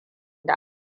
da